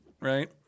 right